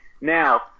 Now